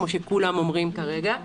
כפי שכולם אומרים כרגע.